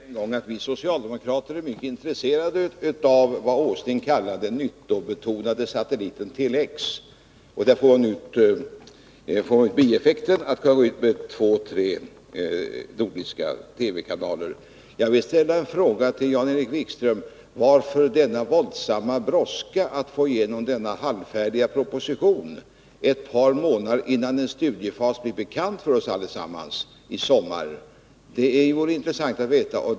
Fru talman! Får jag säga ytterligare en gång att vi socialdemokrater är mycket intresserade av vad Nils Åsling kallar den nyttobetonade satelliten Tele-X. Den får bieffekten att man kan gå ut med två tre nordiska TV-kanaler. Jag vill ställa en fråga till Jan-Erik Wikström: Varför denna våldsamma brådska att få igenom denna halvfärdiga proposition ett par månader innan en studiefas nu i sommar blir bekant för oss allesammans? Det vore intressant att få veta.